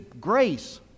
grace